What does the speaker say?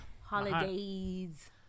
Holidays